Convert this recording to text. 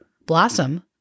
Blossom